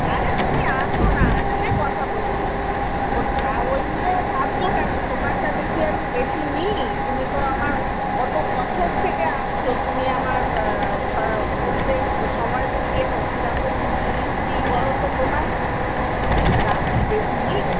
আরে তুমি আসো না আসলে কথা বলব ও তা ওই নিয়ে ভাবছ কেন তোমার সাথে কি আমি বেশি নিই তুমি তো আমার কত বছর থেকে আসছ তুমি আমার প্রত্যেক সময় তো কেনো কীরকম জিনিস দিই বল তো তোমায় দাম কি বেশি নিই